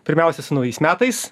pirmiausiai su naujais metais